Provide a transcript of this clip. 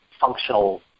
functional